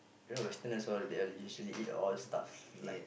you know westerners all they usually eat all stuffs like